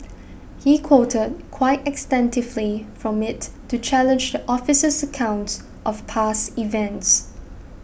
he quoted quite extensively from it to challenge the officer's account of past events